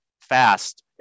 fast